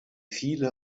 viele